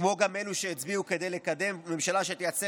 כמו גם אלו שהצביעו כדי לקדם ממשלה שתייצר